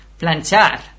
Planchar